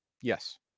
yes